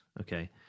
okay